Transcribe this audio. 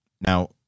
Now